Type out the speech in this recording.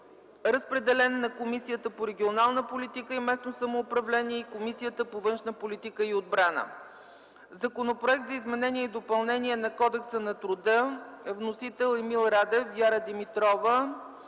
Разпределен е на Комисията по регионална политика и местно самоуправление и на Комисията по външна политика и отбрана. Законопроект за изменение и допълнение на Кодекса на труда. Вносители: Емил Радев, Вяра Димитрова